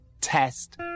test